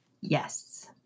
yes